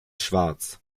schwarz